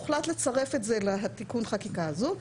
והוחלט לצרף את זה לתיקון של החקיקה הזו.